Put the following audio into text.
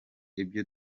ibyo